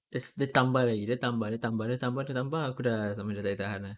ex~ dia tambah lagi dia tambah dia tambah dia tambah tambah tambah aku dah tak boleh tak boleh tahan lah